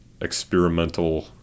experimental